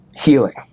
healing